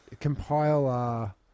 compile